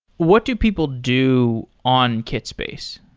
what do people do on kitspace?